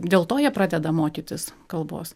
dėl to jie pradeda mokytis kalbos